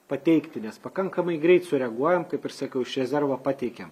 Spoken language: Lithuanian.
pateikti nes pakankamai greit sureaguojam kaip ir sakiau iš rezervo pateikiam